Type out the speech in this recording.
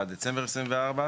בעיה נוספת שקיימת במפרסות סוכה,